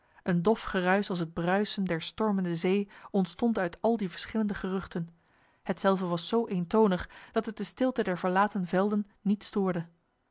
een dof geruis als het bruisen der stormende zee ontstond uit al die verschillende geruchten hetzelve was zo eentonig dat het de stilte der verlaten velden niet stoorde